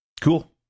Cool